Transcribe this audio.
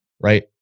Right